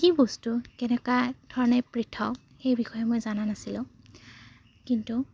কি বস্তু কেনেকুৱা ধৰণে পৃথক সেই বিষয়ে মই জানা নাছিলোঁ কিন্তু